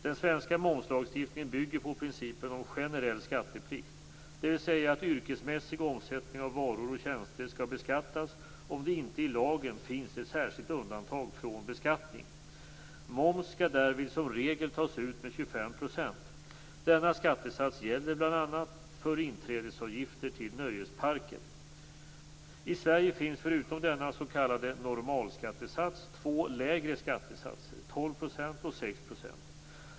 Den svenska momslagstiftningen bygger på principen om generell skatteplikt, dvs. att yrkesmässig omsättning av varor och tjänster skall beskattas om det inte i lagen finns ett särskilt undantag från beskattning. Moms skall därvid som regel tas ut med 25 %. Denna skattesats gäller bl.a. för inträdesavgifter till nöjesparker. I Sverige finns förutom denna s.k.